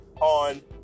on